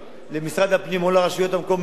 למשרד הפנים או לרשויות המקומיות,